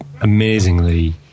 amazingly